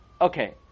okay